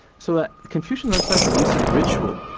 so confucius emphasised the use of ritual,